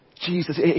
Jesus